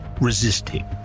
resisting